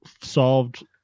solved